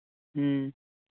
ꯎꯝ